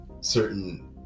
certain